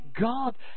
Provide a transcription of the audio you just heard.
God